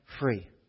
free